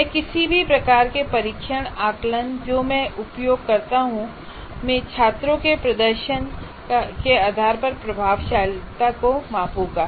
मैं किसी भी प्रकार के परीक्षण आकलन जो मैं उपयोग करता हूं में छात्रों के प्रदर्शन के आधार पर प्रभावशीलता को मापूंगा